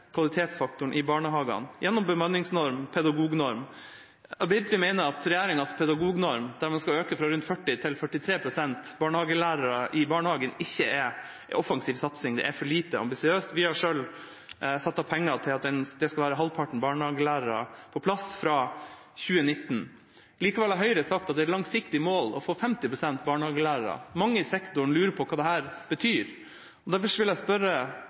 kvalitetsfaktoren i barnehagene, gjennom bemanningsnorm og pedagognorm. Arbeiderpartiet mener at regjeringas pedagognorm, der man skal øke andelen barnehagelærere i barnehagene fra rundt 40 pst. til 43 pst., ikke er en offensiv satsing. Det er for lite ambisiøst. Vi har satt av penger til at halvparten skal være barnehagelærere fra 2019. Likevel har Høyre sagt at det er et langsiktig mål å få 50 pst. barnehagelærere. Mange i sektoren lurer på hva dette betyr. Derfor vil jeg spørre